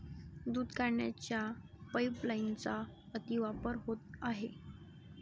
दूध काढण्याच्या पाइपलाइनचा अतिवापर होत आहे